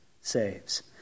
saves